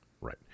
Right